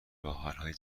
راهحلهای